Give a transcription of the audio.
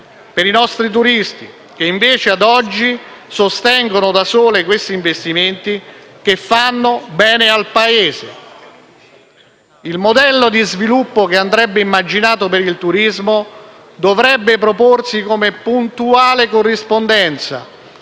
per i nostri turisti, che invece, ad oggi, sostengono da sole questi investimenti che fanno bene al Paese. Il modello di sviluppo che andrebbe immaginato per il turismo dovrebbe proporsi come puntuale corrispondenza